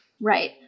right